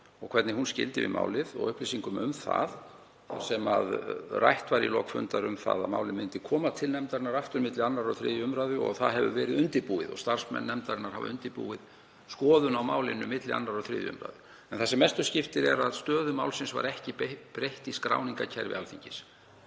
og hvernig hún skildi við málið og upplýsingum um það, þar sem rætt var í lok fundar um að málið kæmi aftur til nefndarinnar milli 2. og 3. umr. og það hefði verið undirbúið og starfsmenn nefndarinnar undirbúið skoðun á málinu milli 2. og 3. umr. En það sem mestu skiptir er að stöðu málsins var ekki breytt í skráningarkerfi Alþingis.